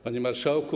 Panie Marszałku!